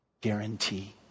guarantee